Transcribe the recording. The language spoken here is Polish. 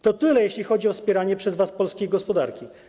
To tyle, jeśli chodzi o wspieranie przez was polskiej gospodarki.